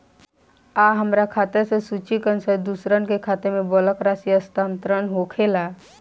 आ हमरा खाता से सूची के अनुसार दूसरन के खाता में बल्क राशि स्थानान्तर होखेला?